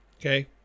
Okay